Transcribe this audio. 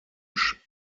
statt